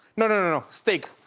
no, no, no, no, no, steak,